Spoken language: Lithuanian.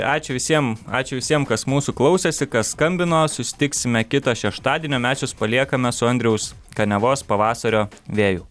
ačiū visiem ačiū visiem kas mūsų klausėsi kas skambino susitiksime kitą šeštadienį o mes jus paliekame su andriaus kaniavos pavasario vėju